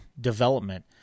development